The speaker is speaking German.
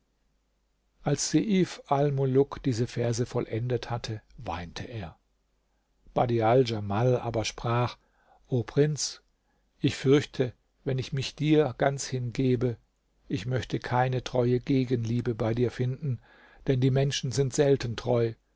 als seif almuluk diese verse vollendet hatte weinte er badial djamal aber sprach o prinz ich fürchte wenn ich mich dir ganz hingebe ich möchte keine treue gegenliebe bei dir finden denn die menschen sind selten treu